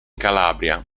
calabria